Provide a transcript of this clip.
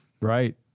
Right